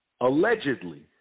allegedly